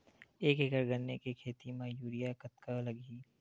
एक एकड़ गन्ने के खेती म यूरिया कतका लगही?